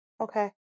okay